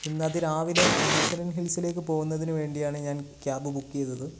ഇന്നത് രാവിലെ മുനീശ്വരൻ ഹിൽസിലേക്ക് പോകുന്നതിനു വേണ്ടിയാണ് ഞാൻ ക്യാബ് ബുക്ക് ചെയ്തത്